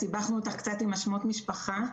סיבכנו אותך קצת עם שמות המשפחה.